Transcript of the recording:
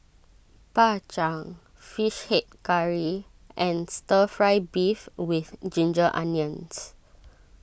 Bak Chang Fish Head Curry and Stir Fry Beef with Ginger Onions